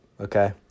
Okay